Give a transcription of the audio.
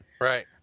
Right